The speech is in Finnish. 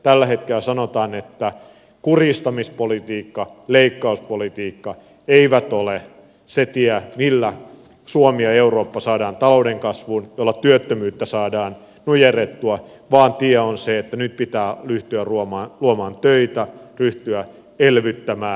tällä hetkellä sanotaan että kurjistamispolitiikka leikkauspolitiikka eivät ole se tie millä suomi ja eurooppa saadaan talouden kasvuun jolla työttömyyttä saadaan nujerrettua vaan tie on se että nyt pitää ryhtyä luomaan töitä ryhtyä elvyttämään